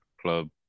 club